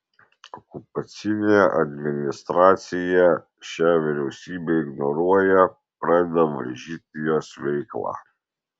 okupacinė administracija šią vyriausybę ignoruoja pradeda varžyti jos veiklą